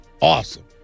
awesome